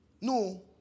No